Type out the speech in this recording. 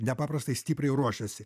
nepaprastai stipriai ruošėsi